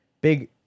big